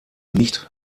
nicht